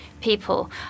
people